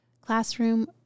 classroom